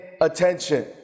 attention